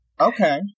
Okay